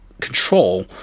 control